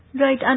Right